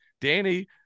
Danny